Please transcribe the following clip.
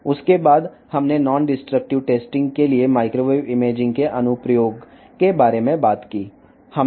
ఆ తరువాత non destructive testing కోసం మైక్రోవేవ్ ఇమేజింగ్ యొక్క అప్లికేషన్ గురించి మాట్లాడాము